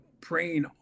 praying